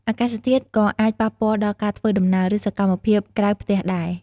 អាកាសធាតុក៏អាចប៉ះពាល់ដល់ការធ្វើដំណើរ ឬសកម្មភាពក្រៅផ្ទះដែរ។